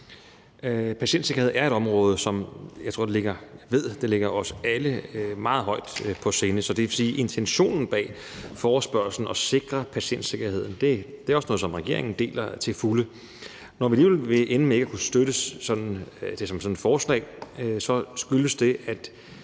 Patientsikkerhed er et område, som jeg ved ligger os alle meget på sinde, så det vil også sige, at intentionen bag forespørgslen om at sikre patientsikkerheden er noget, som regeringen til fulde deler. Når vi alligevel vil ende med ikke at kunne støtte det som sådan et forslag, skyldes det